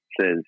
says